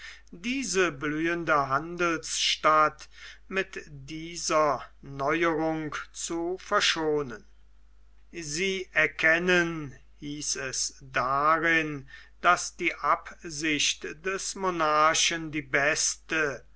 diese blühende handelsstadt mit dieser neuerung zu verschonen sie erkennen hieß es darin daß die absicht des monarchen die beste